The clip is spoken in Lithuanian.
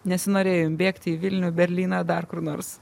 nesinorėjo jum bėgti į vilnių berlyną dar kur nors